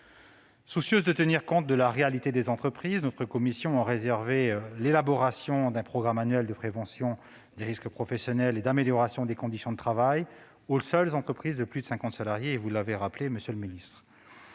Soucieuse de tenir compte de la réalité des entreprises, notre commission a réservé l'élaboration d'un programme annuel de prévention des risques professionnels et d'amélioration des conditions de travail aux seules entreprises de plus de 50 salariés, comme vous l'avez rappelé, monsieur le secrétaire